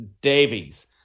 Davies